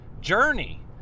journey